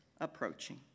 approaching